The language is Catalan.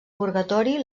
purgatori